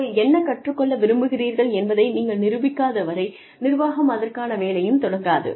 நீங்கள் என்ன கற்றுக் கொள்ள விரும்புகிறீர்கள் என்பதை நீங்கள் நிரூபிக்காத வரை நிர்வாகம் அதற்கான வேலையைத் தொடங்காது